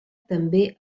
també